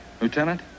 Lieutenant